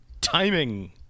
timing